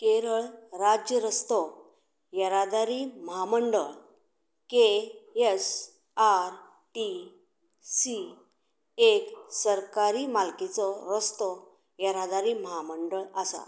केरळ राज्य रस्तो येरादारी महामंडळ K S R T C एक सरकारी मालकीचे रस्तो येरादारी महामंडळ आसा